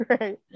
right